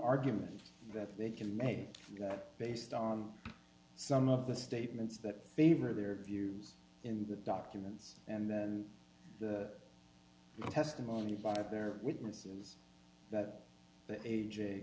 argument that they can made based on some of the statements that favor their views in the documents and then the testimony by their witnesses that a